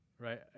right